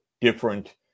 different